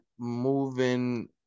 Moving